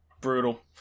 Brutal